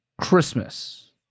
Christmas